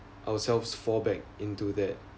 ourselves fall back into that